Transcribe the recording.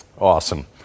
Awesome